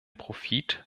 profit